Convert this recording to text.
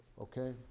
Okay